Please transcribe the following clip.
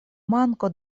manko